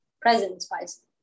presence-wise